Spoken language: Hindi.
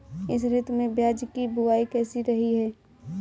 इस ऋतु में प्याज की बुआई कैसी रही है?